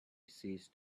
ceased